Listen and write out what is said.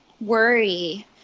worry